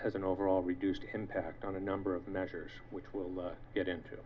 has an overall reduced impact on a number of measures which we'll get into